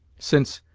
since,